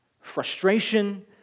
frustration